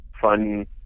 fun